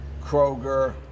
Kroger